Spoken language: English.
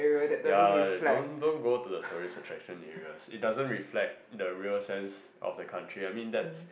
ya don't don't go to the tourist attraction areas it doesn't reflect the real sense of the country I mean that's